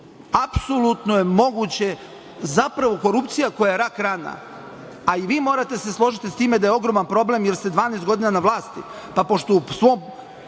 apsolutno. Zapravo korupcija koja je rak rana, a i vi morate da se složite sa time da je ogroman problem, jer ste 12 godina na vlasti, pa pošto u svom